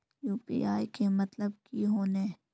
UPI के मतलब की होने?